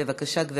בבקשה, גברתי.